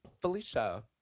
Felicia